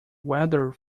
weather